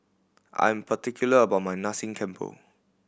I am particular about my Nasi Campur